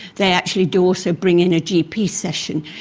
they actually do also bring in a gp session.